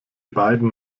beiden